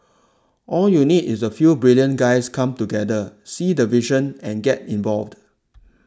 all you need is a few brilliant guys come together see the vision and get involved